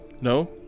no